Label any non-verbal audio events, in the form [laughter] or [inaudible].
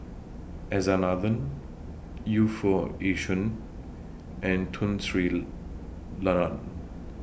[noise] S R Nathan Yu Foo Yee Shoon and Tun Sri Lanang